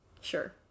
Sure